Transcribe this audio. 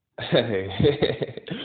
hey